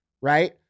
right